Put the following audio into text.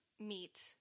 meet